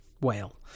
whale